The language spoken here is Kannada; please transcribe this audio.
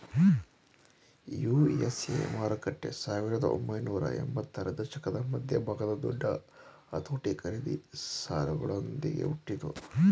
ಯು.ಎಸ್.ಎ ಮಾರುಕಟ್ಟೆ ಸಾವಿರದ ಒಂಬೈನೂರ ಎಂಬತ್ತರ ದಶಕದ ಮಧ್ಯಭಾಗದ ದೊಡ್ಡ ಅತೋಟಿ ಖರೀದಿ ಸಾಲಗಳೊಂದ್ಗೆ ಹುಟ್ಟಿತು